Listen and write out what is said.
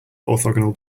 orthogonal